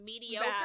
mediocre